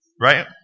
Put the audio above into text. right